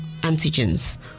antigens